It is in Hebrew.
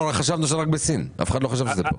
חשבנו שהיא רק בסין ואף אחד לא חשב שהיא כאן.